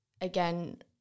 again